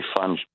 fun